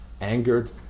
angered